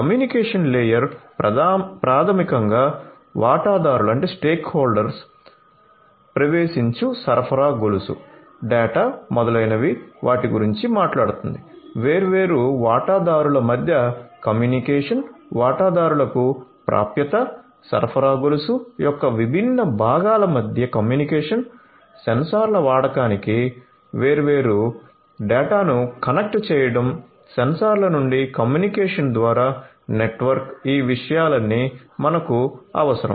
communication layer ప్రాథమికంగా వాటాదారుల ప్రవేశించు సరఫరా గొలుసు డేటా మొదలైన వాటి గురించి మాట్లాడుతుంది వేర్వేరు వాటాదారుల మధ్య కమ్యూనికేషన్ వాటాదారులకు ప్రాప్యత సరఫరా గొలుసు యొక్క విభిన్న భాగాల మధ్య కమ్యూనికేషన్ సెన్సార్ల వాడకానికి వేర్వేరు డేటాను కనెక్ట్ చేయడం సెన్సార్ల నుండి కమ్యూనికేషన్ ద్వారా నెట్వర్క్ ఈ విషయాలన్నీ మనకు అవసరం